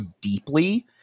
deeply